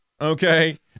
Okay